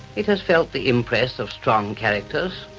it has felt the impress of strong characters,